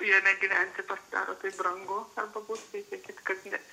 jame gyventi pasidaro taip brangu arba būstui sakyt kad ne